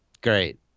Great